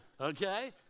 Okay